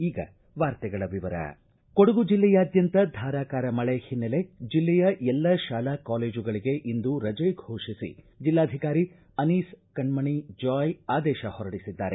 ಈಗ ವಾರ್ತೆಗಳ ವಿವರ ಕೊಡಗು ಜಿಲ್ಲೆಯಾದ್ಯಂತ ಧಾರಾಕಾರ ಮಳೆ ಹಿನೈಲೆ ಜಿಲ್ಲೆಯ ಎಲ್ಲ ಶಾಲಾ ಕಾಲೇಜುಗಳಿಗೆ ಇಂದು ರಜೆ ಫೋಷಿಸಿ ಜಿಲ್ಲಾಧಿಕಾರಿ ಅನೀಸ್ ಕಣ್ಣಣಿ ಜಾಯ್ ಆದೇಶ ಹೊರಡಿಸಿದ್ದಾರೆ